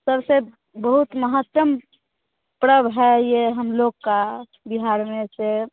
सबसे बहुत महत्तम प्रव है ये हम लोग का बिहार में से